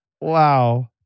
Wow